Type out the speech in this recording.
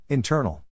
Internal